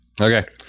Okay